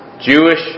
Jewish